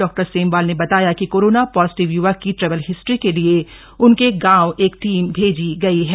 doctor Semwal ने बताया के की कोरोना पॉजिटिव य्वक की ट्रैवल हिस्ट्री के लिए उनके गांव एक टीम भेजी गई है